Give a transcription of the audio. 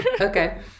Okay